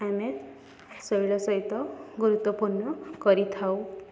ଆମେ ଶୈଳୀ ସହିତ ଗୁରୁତ୍ୱପୂର୍ଣ୍ଣ କରିଥାଉ